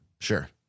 Sure